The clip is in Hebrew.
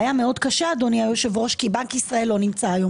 והיה מאוד קשה כי בנק ישראל לא נמצא היום